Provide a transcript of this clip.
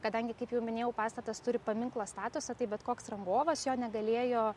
kadangi kaip jau minėjau pastatas turi paminklo statusą tai bet koks rangovas jo negalėjo